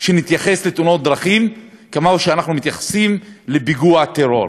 שנתייחס לתאונות דרכים כמו שאנחנו מתייחסים לפיגוע טרור,